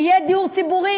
יהיה דיור ציבורי,